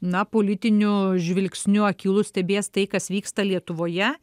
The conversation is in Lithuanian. na politiniu žvilgsniu akylu stebės tai kas vyksta lietuvoje